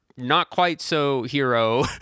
not-quite-so-hero